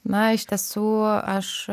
na iš tiesų aš